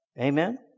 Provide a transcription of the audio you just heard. Amen